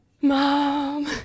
Mom